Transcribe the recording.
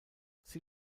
sie